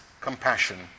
compassion